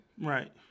Right